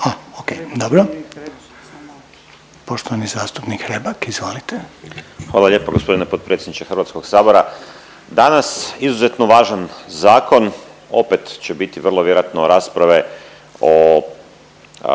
Ok dobro. Poštovani zastupnik Hrebak izvolite. **Hrebak, Dario (HSLS)** Hvala lijepo gospodine potpredsjedniče Hrvatskog sabora. Danas izuzetno važan zakon. Opet će biti vrlo vjerojatno rasprave o